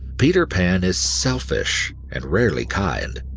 peter pan is selfish and rarely kind.